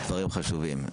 דברים חשובים.